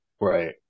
Right